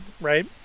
right